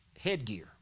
headgear